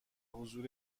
حضور